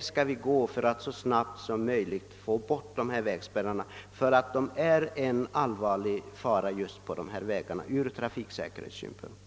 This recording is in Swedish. skall förfara för att så snabbt som möjligt få bort dem. De är verkligen en allvarlig fara för trafiksäkerheten på dessa vägar.